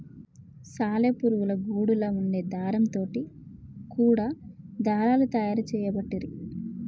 సాలె పురుగుల గూడులా వుండే దారం తోటి కూడా దారాలు తయారు చేయబట్టిరి